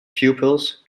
pupils